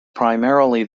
primarily